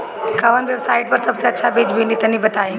कवन वेबसाइट पर सबसे अच्छा बीज मिली तनि बताई?